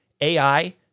AI